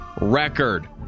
record